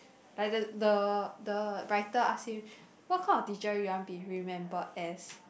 like the the the writer ask him what kind of teacher you want to be remembered as